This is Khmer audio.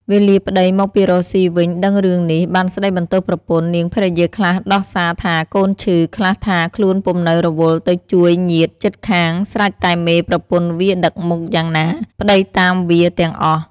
វេលាប្តីមកពីរកស៊ីវិញដឹងរឿងនេះ បានស្តីបន្ទោសប្រពន្ធ នាងភវិយាខ្លះដោះ សាថា កូនឈឺ ខ្លះថា ខ្លួនពុំនៅរវល់ទៅជួយញាតិជិតខាងស្រេចតែមេប្រពន្ធវាដឹកមុខ យ៉ាងណា ប្តីតាមវាទាំងអស់ ។